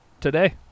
today